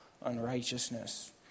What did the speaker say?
unrighteousness